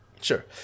Sure